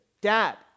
dad